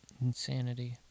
Insanity